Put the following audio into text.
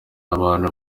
abantu